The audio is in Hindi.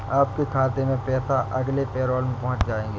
आपके खाते में पैसे अगले पैरोल में पहुँच जाएंगे